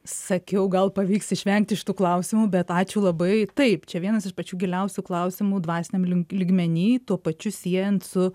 sakiau gal pavyks išvengti šitų klausimų bet ačiū labai taip čia vienas iš pačių giliausių klausimų dvasiniam lygmeny tuo pačiu siejant su